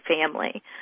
family